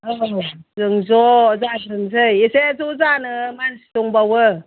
औ जों ज' जाग्रोनोसै एसे ज' जानो मानसि दंबावो